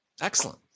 Excellent